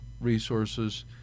resources